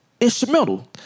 instrumental